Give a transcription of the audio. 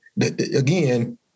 again